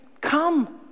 come